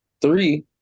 Three